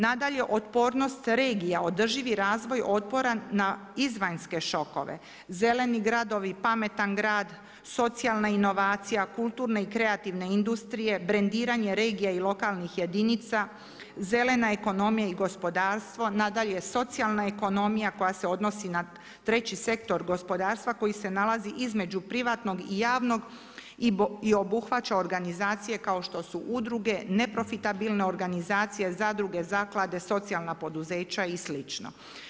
Nadalje, otpornost regija, održivi razvoj otporan na izvanjske šokove, zeleni gradove, pametan grad, socijalna inovacija, kulturne i kreativne industrije, brendiranje regija i lokalnih jedinica, zelena ekonomija i gospodarstvo, nadalje, socijalna ekonomija koja se odnosi na treći sektor gospodarstva koji se nalazi između privatnog i javnog i obuhvaća organizacije kao što su udruge, neprofitne organizacije, zadruge, zaklade, socijalna poduzeća i slično.